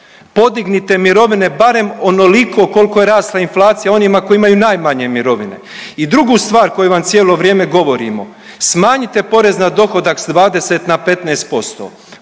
podignite mirovine barem onoliko koliko je rasla inflacija onima koji imaju najmanje mirovine. I drugu stvar koju vam cijelo vrijeme govorimo, smanjite porez na dohodak s 20 na 15%,